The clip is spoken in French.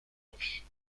rue